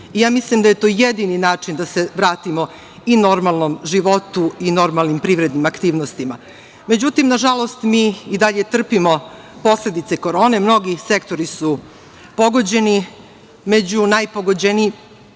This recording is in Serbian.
i ja mislim da je to jedini način da se vratimo i normalnom životu i normalnim privrednim aktivnostima.Međutim, nažalost mi i dalje trpimo posledice korone. Mnogi sektori su pogođeni. Među najviše